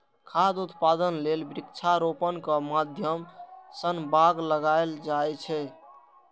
खाद्य उत्पादन लेल वृक्षारोपणक माध्यम सं बाग लगाएल जाए छै